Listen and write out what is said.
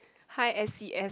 hi s_c_s